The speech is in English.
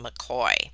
McCoy